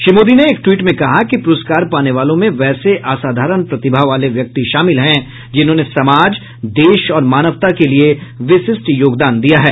श्री मोदी ने एक ट्वीट में कहा कि पुरस्कार पाने वालों में वैसे असाधारण प्रतिभा वाले व्यक्ति शामिल हैं जिन्होंने समाज देश और मानवता के लिए विशिष्ट योगदान दिया है